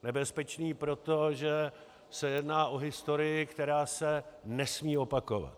Nebezpečný proto, že se jedná o historii, která se nesmí opakovat.